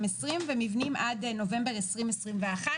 ובניגוד לדיון הקודם,